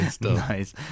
nice